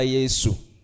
Jesus